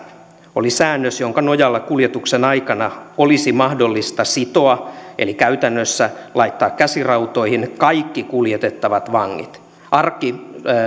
oli säännös jonka nojalla kuljetuksen aikana olisi mahdollista sitoa eli käytännössä laittaa käsirautoihin kaikki kuljetettavat vangit arki